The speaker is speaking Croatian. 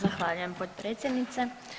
Zahvaljujem potpredsjednice.